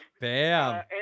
Bam